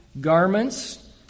Garments